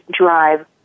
drive